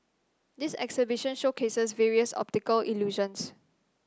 this exhibition showcases various optical illusions